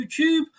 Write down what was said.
YouTube